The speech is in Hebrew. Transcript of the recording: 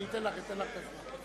אני אתן לך את הזמן.